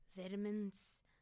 vitamins